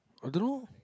I don't know